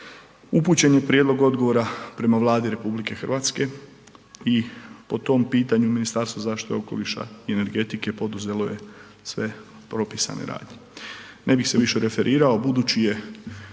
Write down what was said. upućen je prijedlog odgovora prema Vladi RH i po tom pitanju Ministarstvo zaštite okoliša i energetike poduzelo je sve propisane radnje. Ne bih se više referirao budući je,